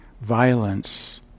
violence